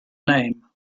name